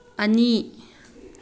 ꯑꯅꯤ